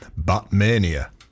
Batmania